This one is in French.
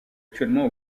actuellement